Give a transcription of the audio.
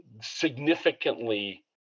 significantly